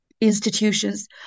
institutions